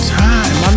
time